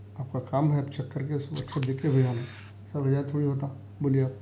آپ کا کام ہے آپ چیک کر کے اس کو اچھے دیکھ کے بیھجوانا سب تھوڑی ہوتا بولیے آپ